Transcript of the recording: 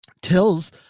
tells